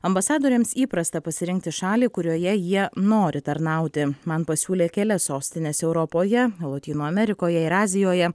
ambasadoriams įprasta pasirinkti šalį kurioje jie nori tarnauti man pasiūlė kelias sostines europoje lotynų amerikoje ir azijoje